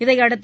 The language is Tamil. இதையடுத்து